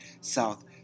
south